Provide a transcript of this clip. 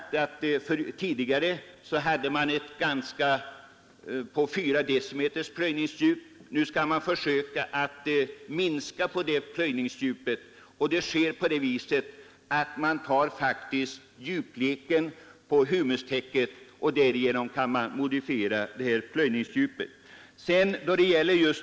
Tidigare hade man 4—5 decimeters plöjningsdjup och kanske ännu djupare. Man skall nu försöka minska det djupet. Det sker på så sätt att man mäter djupet på humustäcket på hygget och modifierar plöjningsdjupet därefter.